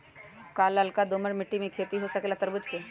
का लालका दोमर मिट्टी में खेती हो सकेला तरबूज के?